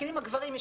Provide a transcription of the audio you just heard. מסכנים הגברים,